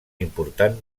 important